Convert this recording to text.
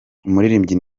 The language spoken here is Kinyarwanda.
umuririmbyi